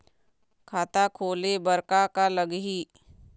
खाता खोले बर का का लगही?